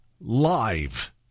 live